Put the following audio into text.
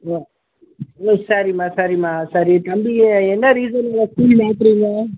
ஓ ஓ சரிமா சரிமா சரி தம்பியை என்ன ரீசனுக்காக ஸ்கூல் மாற்றுறீங்க